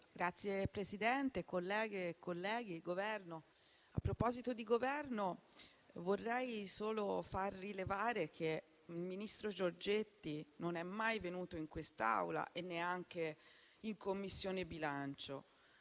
Signor Presidente, colleghe e colleghi, Governo, a proposito di Governo, vorrei solo far rilevare che il ministro Giorgetti non è mai venuto in quest'Aula e neanche in Commissione bilancio.